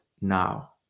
now